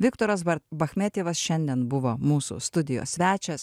viktoras bar bachmetjevas šiandien buvo mūsų studijos svečias